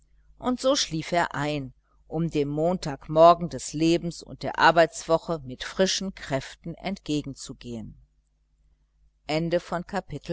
und so schlief er ein um dem montagmorgen des lebens und der arbeitswoche mit frischen kräften entgegenzugehen